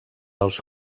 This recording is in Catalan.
als